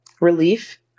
Relief